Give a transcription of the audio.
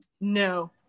No